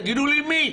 תגידו לי מי.